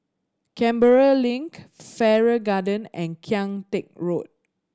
Canberra Link Farrer Garden and Kian Teck Road